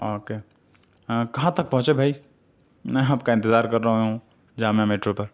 okay ہاں کہاں تک پہونچے بھائی میں آپ کا انتظار کر رہا ہوں جامعہ میٹر پر